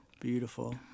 Beautiful